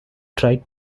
tried